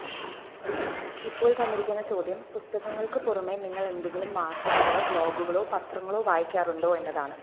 ഇപ്പോൾ തന്നിരിക്കുന്ന ചോദ്യം പുസ്തകങ്ങൾക്ക് പുറമെ നിങ്ങളെന്തെങ്കിലും മാസികകളോ ബ്ലോഗുകളോ പത്രങ്ങളോ വായിക്കാറുണ്ടോ എന്നതാണ്